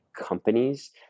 companies